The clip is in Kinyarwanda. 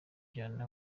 cyane